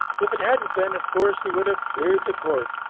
if it hadn't been, of course he would have cleared the court.